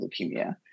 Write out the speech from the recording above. leukemia